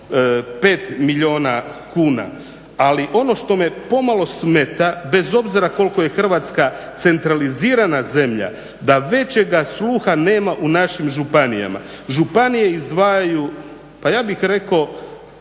5 milijuna kuna. Ali ono što me pomalo smeta, bez obzira koliko je Hrvatska centralizirana zemlja, da većega sluha nema u našim županijama. Županije izdvajaju, pa ja bih rekao